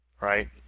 Right